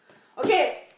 okay